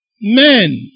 men